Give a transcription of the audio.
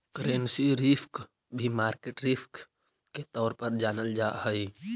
currency risk भी market risk के तौर पर जानल जा हई